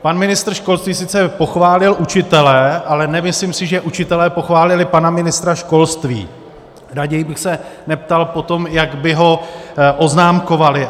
Pan ministr školství sice pochválil učitele, ale nemyslím si, že učitelé pochválili pana ministra školství, raději bych se neptal, jak by ho oznámkovali.